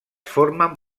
formen